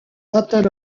battle